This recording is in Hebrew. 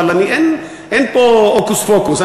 אבל אין פה הוקוס פוקוס,